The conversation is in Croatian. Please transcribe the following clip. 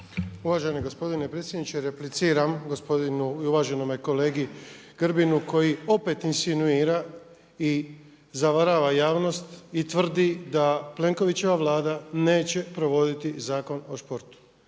Uvaženi gospodine predsjedniče repliciram gospodinu i uvaženome kolegi Grbinu koji opet insinuira i zavarava javnost i tvrdi da Plenkovićeva Vlada neće provoditi Zakon o sportu.